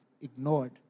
ignored